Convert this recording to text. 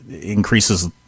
increases